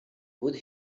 would